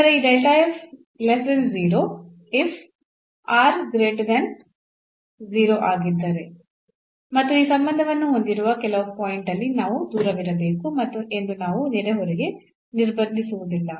ನಂತರ ಈ if ಆಗಿದ್ದರೆ ಮತ್ತು ಈ ಸಂಬಂಧವನ್ನು ಹೊಂದಿರುವ ಕೆಲವು ಪಾಯಿಂಟ್ ಅಲ್ಲಿ ನಾವು ದೂರವಿರಬೇಕು ಎಂದು ನಾವು ನೆರೆಹೊರೆಗೆ ನಿರ್ಬಂಧಿಸುವುದಿಲ್ಲ